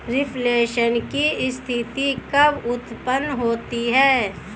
Reflation की स्थिति कब उत्पन्न होती है?